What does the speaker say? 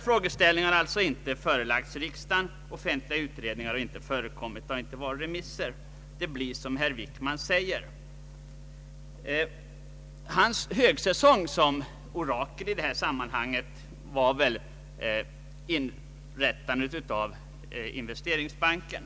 Frågeställningen har alltså inte förelagts riksdagen. Offentliga utredningar har inte förekommit och inte heller några remisser. Det blir som herr Wickman säger. Hans högsäsong som orakel i detta sammanhang var väl vid inrättandet av Investeringsbanken.